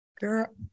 Girl